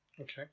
Okay